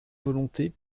volontés